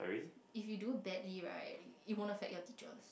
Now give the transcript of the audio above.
if you do badly right it won't affect your teachers